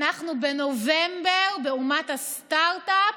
באומת הסטרטאפ,